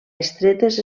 estretes